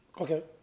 Okay